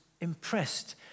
impressed